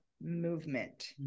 movement